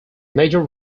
major